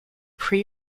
pre